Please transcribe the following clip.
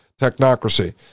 technocracy